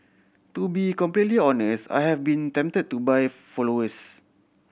to be completely honest I have been tempted to buy followers